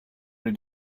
did